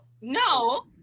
No